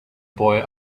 boy